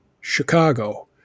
Chicago